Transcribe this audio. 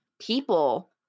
people